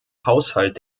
haushalt